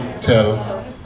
tell